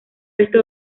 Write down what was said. resto